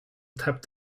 tap